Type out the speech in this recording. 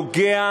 שנוגע,